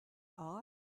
asked